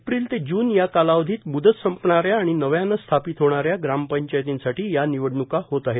April ते June या कालावधीत मुदत संपणाऱ्या आणि नव्याने स्थापित होणाऱ्या ग्रामपंचायतींसाठी या निवडण्का होत आहेत